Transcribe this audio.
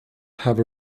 have